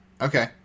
Okay